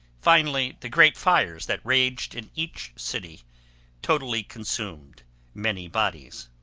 finally, the great fires that raged in each city totally consumed many bodies.